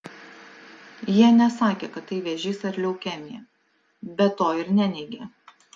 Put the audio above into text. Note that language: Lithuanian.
jie nesakė kad tai vėžys ar leukemija bet to ir neneigė